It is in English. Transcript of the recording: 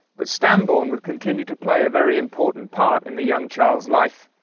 but stambourne would continue to play a very important part in the young child's life.